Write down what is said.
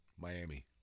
Miami